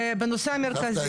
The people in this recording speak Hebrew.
ובנושא המרכזי,